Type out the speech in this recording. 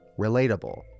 Relatable